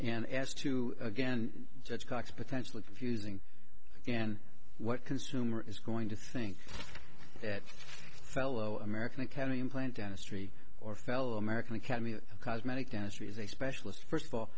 and asked to again judge cox potentially confusing again what consumer is going to think that fellow american academy implant dentistry or fellow american academy of cosmetic dentistry is a specialist first of all